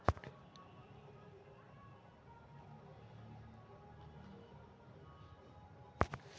कीन्द्रीय बैंकवन में वैश्विक वित्तीय सिस्टम के सबसे ज्यादा इस्तेमाल में लावल जाहई